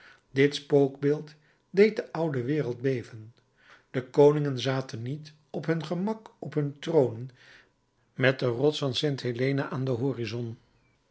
dit spookbeeld deed de oude wereld beven de koningen zaten niet op hun gemak op hun tronen met de rots van st helena aan den horizon